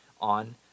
on